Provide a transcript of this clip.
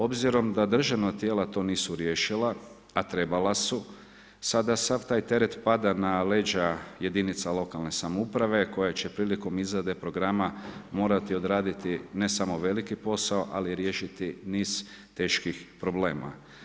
Obzirom da državna tijela to nisu riješila, a trebala su sada sav taj teret pada na leđa jedinica lokalne samouprave koje će prilikom izrade programa morati odraditi ne samo veliki posao, ali riješiti niz teških problema.